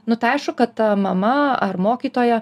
nu tai aišku kad ta mama ar mokytoja